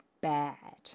bad